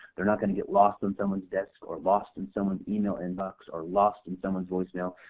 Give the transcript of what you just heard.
they're not going to get lost on someone's desk or lost in someone's email inbox or lost in someone's voicemail,